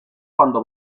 cuando